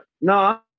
no